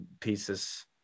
pieces